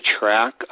track